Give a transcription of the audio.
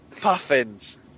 puffins